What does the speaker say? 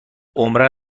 عمرا